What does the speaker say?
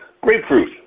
Grapefruit